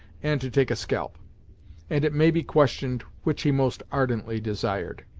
and to take a scalp and it may be questioned which he most ardently desired.